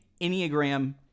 Enneagram